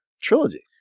trilogy